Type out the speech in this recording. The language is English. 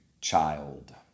child